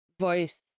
voice